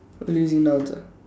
oh using nouns ah